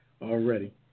already